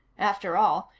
after all,